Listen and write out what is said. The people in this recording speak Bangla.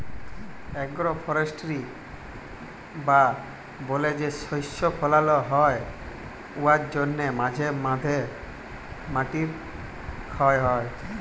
এগ্রো ফরেস্টিরি বা বলে যে শস্য ফলাল হ্যয় উয়ার জ্যনহে মাঝে ম্যধে মাটির খ্যয় হ্যয়